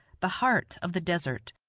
the heart of the desert,